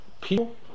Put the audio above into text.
people